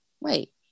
Wait